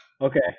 Okay